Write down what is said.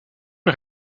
est